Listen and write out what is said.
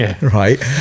right